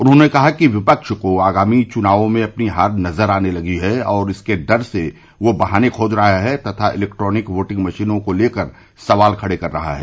उन्होंने कहा कि विपक्ष को आगामी चुनावों में अपनी हार नजर आने लगी है और इसके डर से वह बहाने खोज रहा है तथा इलेक्ट्रॉनिक वोटिंग मशीनों को लेकर सवाल खड़े कर रहा है